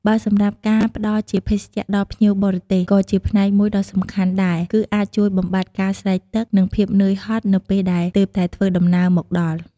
បើសម្រាប់ការផ្ដល់ជាភេសជ្ជៈដល់ភ្ញៀវបរទេស ក៏ជាផ្នែកមួយដ៏សំខាន់ដែរគីអាចជួយបំបាត់ការស្រេកទឹក និងភាពនឿយហត់នៅពេលដែលទើបតែធ្វើដំណើរមកដល់។